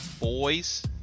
boys